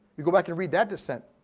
you go back and read that dissent.